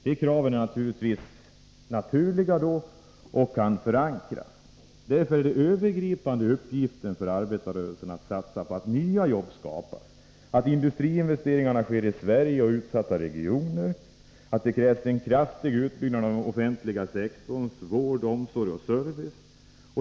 De kraven är naturliga och kan förankras. Därför är den övergripande uppgiften för arbetarrörelsen att satsa på att nya jobb skapas. Det kan ske genom att industriinvesteringarna görs i Sverige och i utsatta regioner. Det krävs en kraftig utbyggnad av den offentliga sektorn, av vård, omsorg och service.